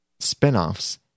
spinoffs